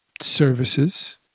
services